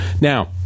Now